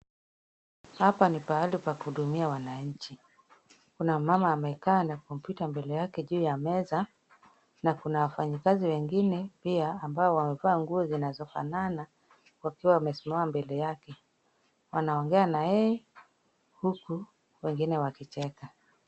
Hapa ni pahali pa kuhudumia wananchi, kuna mama amekaa na kompyuta mbele yake juu ya meza na kuna wafanyikazi wengine pia ambao wamevaa nguo zinazofanana wakiwa wameshamaliza mbele yake. Wanaongea na yeye huku wengine wakicheka.